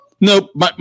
Nope